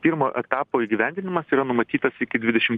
pirmo etapo įgyvendinimas yra numatytas iki dvidešim